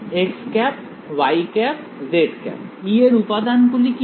এর উপাদান গুলি কি কি